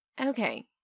Okay